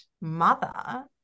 mother